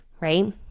right